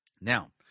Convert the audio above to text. Now